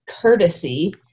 courtesy